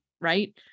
right